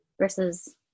versus